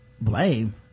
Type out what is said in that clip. blame